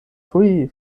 tuj